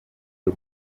byo